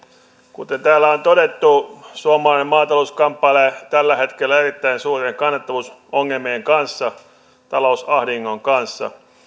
kuten täällä on todettu suomalainen maatalous kamppailee tällä hetkellä erittäin suurien kannattavuusongelmien kanssa talousahdingon kanssa